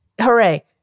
hooray